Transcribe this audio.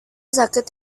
sakit